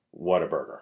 Whataburger